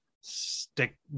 stick